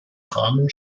rahmen